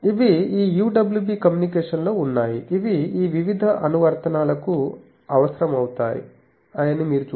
ఇవి ఈ UWB కమ్యూనికేషన్లో ఉన్నాయి ఇవి ఈ వివిధ అనువర్తనాలకు అవసరమవుతాయని మీరు చూడవచ్చు